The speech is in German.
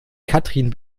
katrin